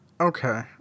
Okay